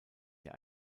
der